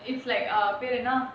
it's like a அது பெரேனா:athu peraenna